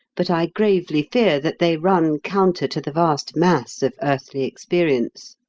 but i gravely fear that they run counter to the vast mass of earthly experience.